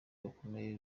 bakomeye